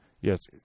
yes